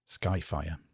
Skyfire